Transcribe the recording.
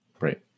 Right